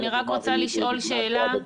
אני רק רוצה לשאול שאלה.